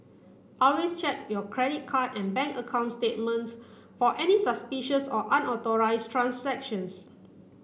always check your credit card and bank account statements for any suspicious or unauthorised transactions